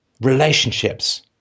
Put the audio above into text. relationships